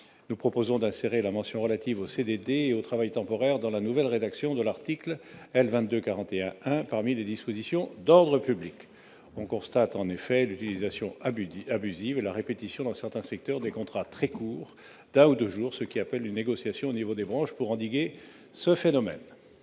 Nous proposons d'insérer la mention relative aux CDD et au travail temporaire dans la nouvelle rédaction de l'article L. 2241-1, parmi les dispositions d'ordre public. On constate en effet l'utilisation abusive et la répétition dans certains secteurs des contrats très courts, d'un jour ou deux. Une négociation au niveau des branches est nécessaire pour endiguer ce phénomène.